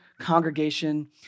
congregation